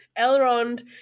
Elrond